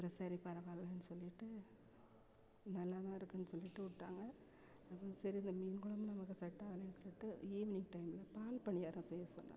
அப்புறம் சரி பரவாயில்லைன்னு சொல்லிட்டு நல்லாதான் இருக்குதுன்னு சொல்லிவிட்டு விட்டாங்க அப்புறம் சரி இந்த மீன் கொழம்பு நமக்கு செட்டே ஆகலேன்னு சொல்லிவிட்டு ஈவினிங் டைமில் பால் பணியாரம் செய்ய சொன்னாங்க